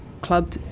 club